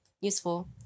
useful